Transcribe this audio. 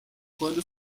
quando